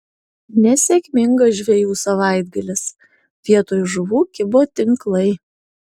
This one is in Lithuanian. nesėkmingas žvejų savaitgalis vietoj žuvų kibo tinklai